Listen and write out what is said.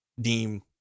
deem